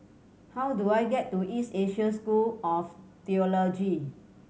how do I get to East Asia School of Theology